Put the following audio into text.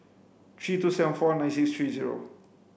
three two seven four nine six three zero